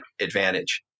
advantage